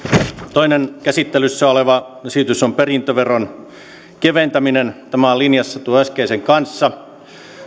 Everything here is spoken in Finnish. toinen käsittelyssä oleva esitys on perintöveron keventäminen tämä on linjassa tuon äskeisen kanssa